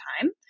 time